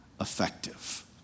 effective